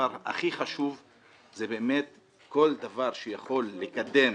והדבר הכי חשוב זה באמת כל דבר שיכול לקדם